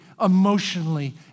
emotionally